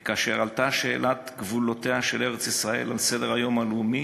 וכאשר עלתה שאלת גבולותיה של ארץ-ישראל על סדר-היום הלאומי,